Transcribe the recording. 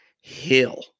hill